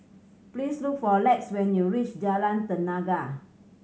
please look for Lex when you reach Jalan Tenaga